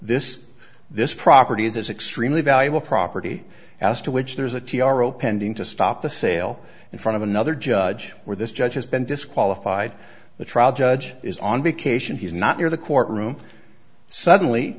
this this property is extremely valuable property as to which there's a t r o pending to stop the sale in front of another judge or this judge has been disqualified the trial judge is on vacation he's not near the courtroom suddenly